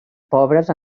pobres